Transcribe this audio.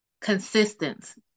Consistence